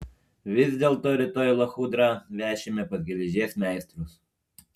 vis dėlto rytoj lachudrą vešime pas geležies meistrus